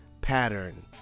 pattern